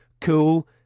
cool